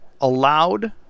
allowed